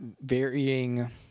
Varying